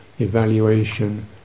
evaluation